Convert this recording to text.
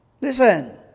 listen